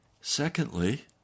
Secondly